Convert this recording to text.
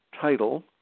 title